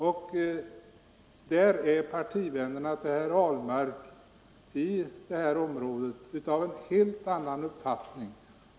I detta avseende har herr Ahlmarks partivänner i det här området en helt annan uppfattning.